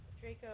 Draco